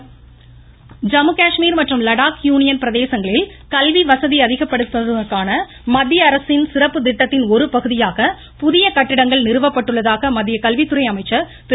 நிஷாங்க் பொக்ரியால் ஜம்மு காஷ்மீர் மற்றும் லடாக் யூனியன் பிரதேசங்களில் கல்வி வசதி அதிகப்படுத்துவதற்கான மத்தியஅரசின் சிறப்பு திட்டத்தின் ஒருபகுதியாக புதிய கட்டிடங்கள் நிறுவப்பட்டுள்ளதாக மத்திய கல்வித்துறை அமைச்சர் திரு